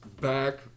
back